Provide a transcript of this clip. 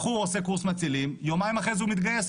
בחור עושה קורס מצילים ויומיים אחרי זה הוא מתגייס,